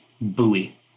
buoy